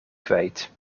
kwijt